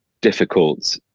difficult